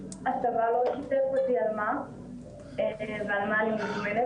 הצבא לא שיתף אותי על מה ולמה אני מוזמנת,